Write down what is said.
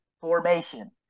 formation